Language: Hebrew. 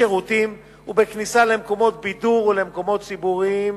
בשירותים ובכניסה למקומות בידור ולמקומות ציבוריים,